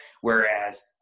whereas